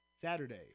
Saturday